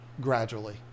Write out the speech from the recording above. gradually